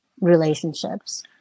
relationships